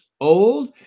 old